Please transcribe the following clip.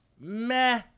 Meh